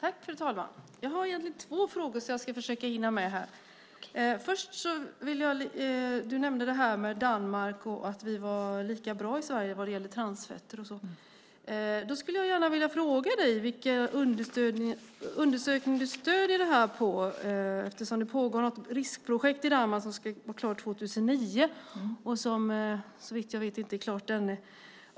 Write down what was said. Fru talman! Jag har egentligen två frågor som jag ska försöka hinna med här. Du nämnde Danmark och att vi var lika bra i Sverige vad gäller transfetter. Jag skulle vilja fråga dig vilken undersökning du stöder dig på. Det pågår ett riskprojekt i Danmark som ska vara klart år 2009 som jag vet inte är klart än.